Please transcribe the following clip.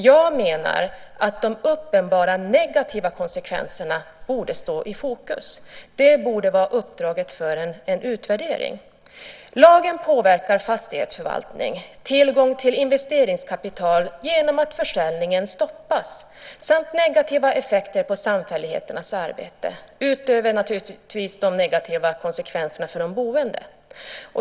Jag menar att de uppenbara negativa konsekvenserna borde stå i fokus. Det borde vara uppdraget för en utvärdering. Lagen påverkar fastighetsförvaltning och tillgång till investeringskapital genom att försäljningen stoppas samt ger negativa effekter på samfälligheternas arbete, förutom naturligtvis de negativa konsekvenserna för de boende.